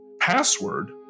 password